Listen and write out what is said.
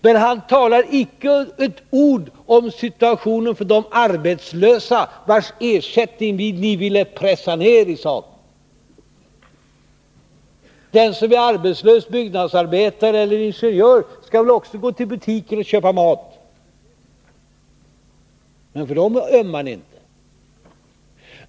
Men han talar icke ett ord om situationen för de arbetslösa vars ersättning de borgerliga ville pressa ned. En arbetslös byggnadsarbetare eller ingenjör skall väl också gå till butiken och köpa mat, men för dem ömmar ni inte.